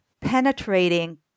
penetrating